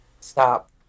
stop